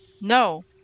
No